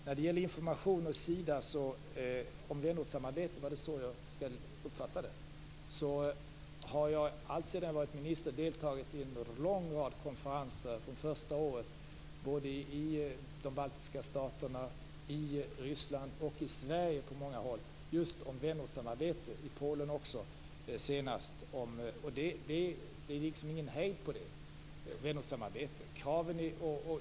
När det gäller information från Sida om vänortssamarbete vill jag säga att jag alltsedan det år då jag blev statsråd deltagit i en lång rad av konferenser om vänortsamarbete, i de baltiska staterna, i Ryssland och senast i Polen samt på många håll i Sverige. Det är liksom ingen hejd på vänortssamarbetet.